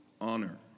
honor